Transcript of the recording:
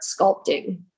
sculpting